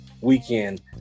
weekend